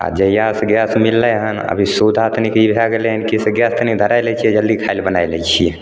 आओर जहियासे गैस मिललै हँ अभी सुविधा तनि कि ई भै गेलै हँ कि गैस तनि धराइ लै छिए जल्दी खाइले बनै लै छिए